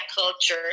culture